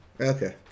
Okay